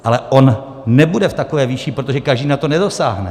Ale on nebude v takové výši, protože každý na to nedosáhne.